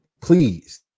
please